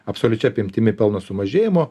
absoliučia apimtimi pelno sumažėjimo